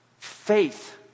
Faith